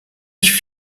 ich